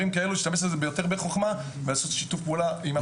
כאלה בחוכמה רבה יותר ולעשות שיתוף פעולה עם הצבא.